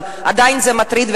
אבל עדיין זה מטריד,